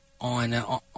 on